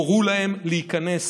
הורו להם להיכנס,